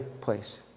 place